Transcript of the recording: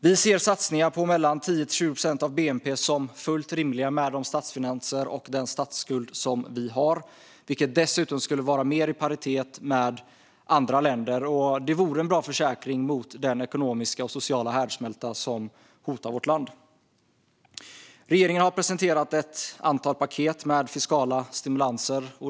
Vi ser satsningar på 10-20 procent av bnp som fullt rimliga med de statsfinanser och den statsskuld som vi har. Detta skulle dessutom vara mer i paritet med andra länder, och det vore en bra försäkring mot den ekonomiska och sociala härdsmälta som hotar vårt land. Regeringen har presenterat ett antal paket med fiskala stimulanser.